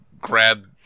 grab